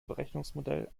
berechnungsmodell